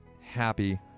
happy